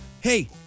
hey